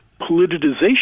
politicization